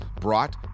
brought